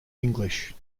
english